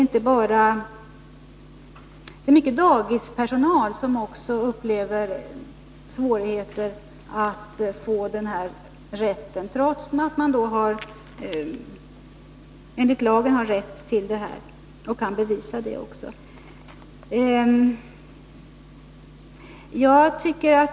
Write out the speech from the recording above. Många bland dagispersonalen upplever också svårigheter när det gäller den här rättigheten, trots att man enligt lagen har rätt till havandeskapspenning och kan bevisa det.